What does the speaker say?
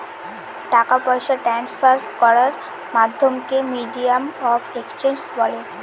টাকা পয়সা ট্রান্সফার করার মাধ্যমকে মিডিয়াম অফ এক্সচেঞ্জ বলে